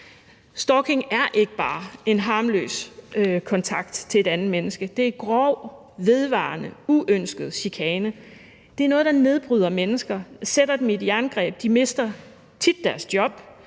Stalking er ikke bare en harmløs kontakt til et andet menneske, det er grov, vedvarende, uønsket chikane. Det er noget, der nedbryder mennesker og sætter dem i et jerngreb. De mister tit deres job,